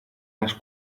las